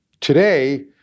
today